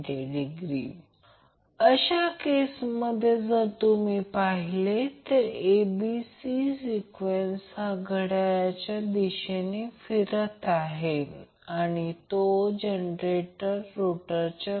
तर प्रश्न असा आहे की साधारणपणे समजा हे कंडक्टर a साठी आहे समजा त्याचप्रमाणे एक पृष्ठ घ्या जर करंट यामध्ये प्रवेश करत असेल तर ते असेच वाचा